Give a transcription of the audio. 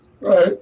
Right